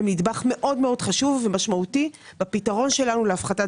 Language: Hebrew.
הם נדבך מאוד חשוב ומשמעותי בפתרון שלנו להפחתת